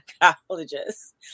psychologist